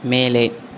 மேலே